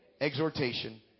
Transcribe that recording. exhortation